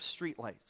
streetlights